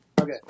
Okay